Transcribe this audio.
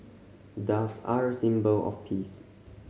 doves are a symbol of peace